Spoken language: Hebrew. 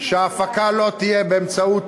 שההפקה לא תהיה באמצעות